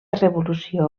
revolució